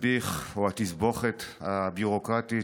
מכתב מרשות החדשנות,